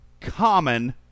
common